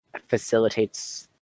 facilitates